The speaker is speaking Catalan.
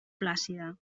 plàcida